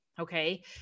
Okay